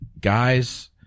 guys